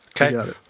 Okay